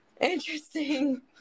Interesting